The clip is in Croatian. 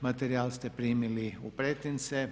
Materijal ste primili u pretince.